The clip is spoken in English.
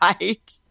right